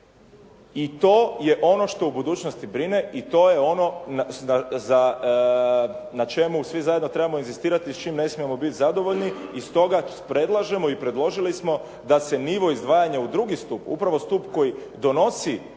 I to je ono što u budućnosti brine i to je ono na čemu svi zajedno trebamo inzistirati i s čime ne trebamo biti zadovoljni. I stoga predlažemo i predložili smo da se nivo izdvajanja u drugi stup, upravo stup koji donosi